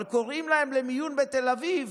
אבל קוראים להם למיון בתל אביב